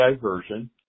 version